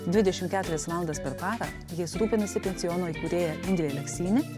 dvidešim keturias valandas per parą jais rūpinasi pensiono įkūrėja indrė leksynė